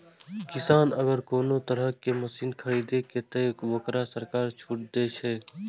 किसान अगर कोनो तरह के मशीन खरीद ते तय वोकरा सरकार छूट दे छे?